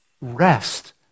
rest